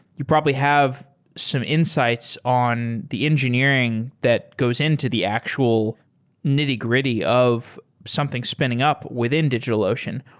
you probably have some insights on the engineering that goes into the actual nitty-gritty of something spinning up within digitalocean.